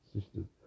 system